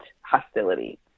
hostility